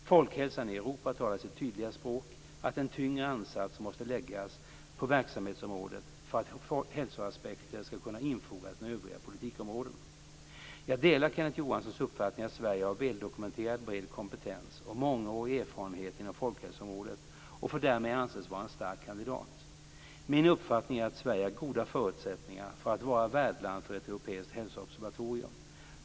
Folkhälsan i Europa talar sitt tydliga språk att en tyngre ansats måste läggas på verksamhetsområdet för att hälsoaspekter skall kunna infogas i övriga politikområden. Jag delar Kenneth Johansson uppfattning att Sverige har väldokumenterad bred kompetens och mångårig erfarenhet inom folkhälsoområdet och därmed får anses vara en stark kandidat. Min uppfattning är att Sverige har goda förutsättningar för att vara värdland för ett europeiskt hälsoobservatorium.